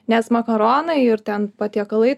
nes makaronai ir ten patiekalai